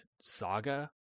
saga